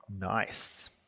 Nice